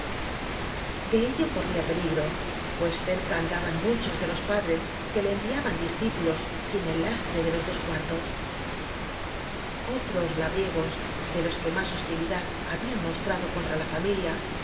de ello corría peligro pues cerca anda ban muchos de los padres que le enviaban discípulos sin el lastre de los dos cuartos otros labriegos de los que más hosti lidad habían mostrado contra la familia